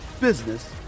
business